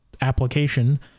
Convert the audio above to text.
application